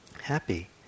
Happy